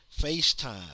FaceTime